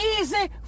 easy